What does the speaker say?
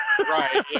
right